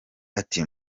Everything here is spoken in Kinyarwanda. ati